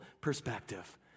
perspective